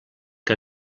que